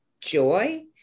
joy